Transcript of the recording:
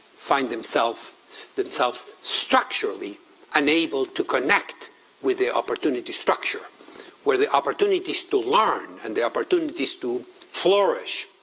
find themselves themselves structurally enabled to connect with the opportunity structure where the opportunities to learn and the opportunities to flourish,